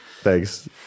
Thanks